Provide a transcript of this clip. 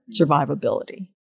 survivability